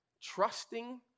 trusting